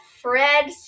Fred